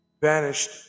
vanished